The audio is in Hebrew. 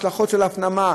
ההשלכות של ההפנמה,